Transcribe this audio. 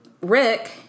Rick